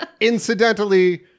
Incidentally